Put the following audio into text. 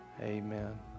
Amen